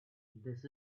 this